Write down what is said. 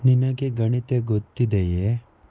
ನಿನಗೆ ಗಣಿತ ಗೊತ್ತಿದೆಯೇ